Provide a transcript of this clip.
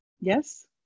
Yes